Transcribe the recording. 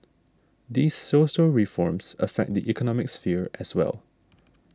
these social reforms affect the economic sphere as well